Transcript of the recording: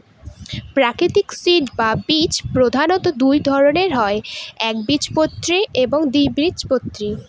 প্রাকৃতিক সিড বা বীজ প্রধানত দুই ধরনের হয় একবীজপত্রী এবং দ্বিবীজপত্রী